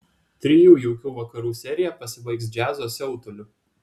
trijų jaukių vakarų serija pasibaigs džiazo siautuliu